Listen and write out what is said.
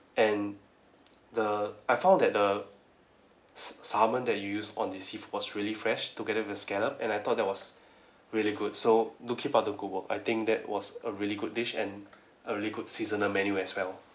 and the I found that the s~ salmon that you use on the seafood was really fresh together with the scallop and I thought that was really good so do keep up the good work I think that was a really good dish and a really good seasonal menu as well